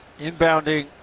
Inbounding